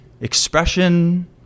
expression